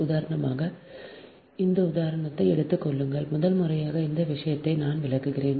உதாரணமாக இந்த உதாரணத்தை எடுத்துக் கொள்ளுங்கள் முதல் முறையாக இந்த விஷயத்தை நான் விளக்குகிறேன்